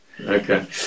Okay